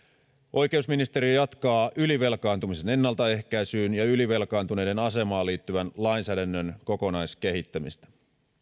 oikeusministeriö jatkaa ylivelkaantumisen ennaltaehkäisyyn ja ylivelkaantuneiden asemaan liittyvän lainsäädännön kokonaiskehittämistä